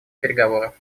переговоров